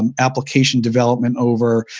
um application development over.